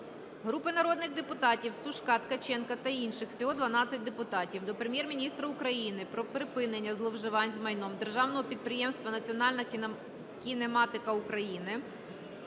Групи народних депутатів (Сушка, Ткаченка та інших. Всього 12 депутатів) до Прем'єр-міністра України про припинення зловживань з майном Державного підприємства "Національна кінематика України"